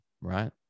right